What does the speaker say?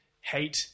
hate